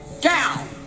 down